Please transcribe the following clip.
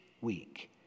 week